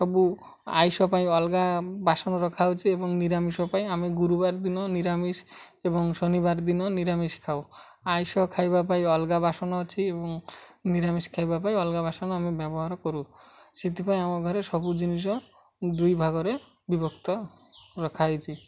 ସବୁ ଆଇଁଷ ପାଇଁ ଅଲଗା ବାସନ ରଖା ହେଉଛି ଏବଂ ନିରାମିଷ ପାଇଁ ଆମେ ଗୁରୁବାର ଦିନ ନିରାମିଷ ଏବଂ ଶନିବାର ଦିନ ନିରାମିଷ ଖାଉ ଆଇଁଷ ଖାଇବା ପାଇଁ ଅଲଗା ବାସନ ଅଛି ଏବଂ ନିରାମିଷ ଖାଇବା ପାଇଁ ଅଲଗା ବାସନ ଆମେ ବ୍ୟବହାର କରୁ ସେଥିପାଇଁ ଆମ ଘରେ ସବୁ ଜିନିଷ ଦୁଇ ଭାଗରେ ବିଭକ୍ତ ରଖା ହେଇଛି